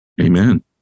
amen